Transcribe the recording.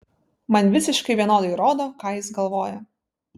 man visiškai vienodai rodo ką jis galvoja